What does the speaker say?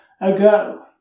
ago